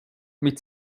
mit